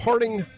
Parting